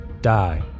die